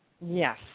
Yes